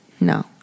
No